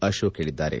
ಅಶೋಕ ಹೇಳಿದ್ದಾರೆ